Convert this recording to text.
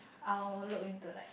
I'll look into like